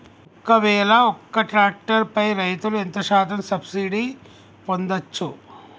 ఒక్కవేల ఒక్క ట్రాక్టర్ పై రైతులు ఎంత శాతం సబ్సిడీ పొందచ్చు?